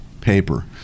paper